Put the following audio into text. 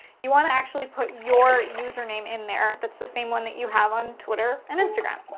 you want to actually put your user name in there. that's the same one that you have on twitter and instagram.